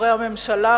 חברי הממשלה,